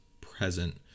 present